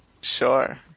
Sure